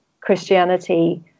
christianity